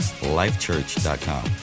lifechurch.com